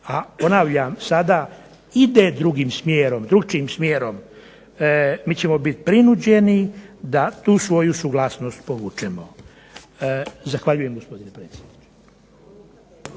a ponavljam sada ide drukčijim smjerom, mi ćemo biti prinuđeni da tu svoju suglasnost povučemo. Zahvaljujem, gospodine predsjedniče.